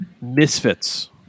Misfits